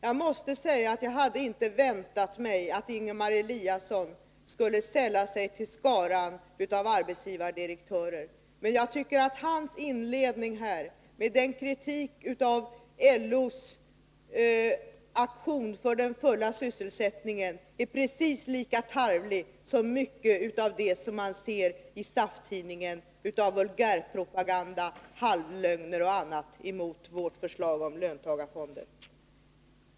Jag måste säga att jag inte hade väntat mig att Ingemar Eliasson skulle sälla sig till skaran av arbetsgivardirektörer. Men jag tycker att hans inledning här, med kritiken av LO:s aktion för den fulla sysselsättningen, är precis lika tarvlig som mycket av det man ser i SAF-tidningen av vulgärpropaganda, halvlögner och annat mot vårt förslag om löntagarfonder.